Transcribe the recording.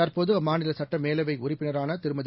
தற்போ து அம்மாநில சட்டமேலவைஉறுப்பினரானதிருமதி